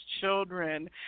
children